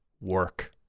work